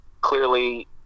clearly